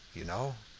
you know.